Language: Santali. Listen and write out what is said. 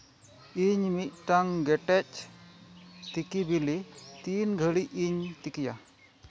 ᱤᱧ ᱢᱤᱫᱴᱟᱝ ᱜᱮᱴᱮᱡᱽ ᱛᱤᱠᱤ ᱵᱤᱞᱤ ᱛᱤᱧ ᱜᱷᱟᱹᱲᱤᱡ ᱤᱧ ᱛᱤᱠᱤᱭᱟ